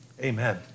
amen